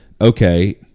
okay